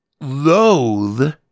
loathe